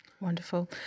Wonderful